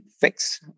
fix